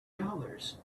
dollars